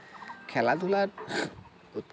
খেলা ধূলাত